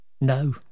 No